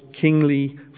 kingly